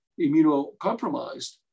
immunocompromised